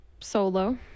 solo